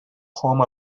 home